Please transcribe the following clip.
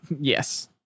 Yes